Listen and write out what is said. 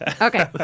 Okay